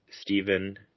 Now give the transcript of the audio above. Stephen